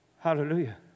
Hallelujah